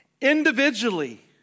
Individually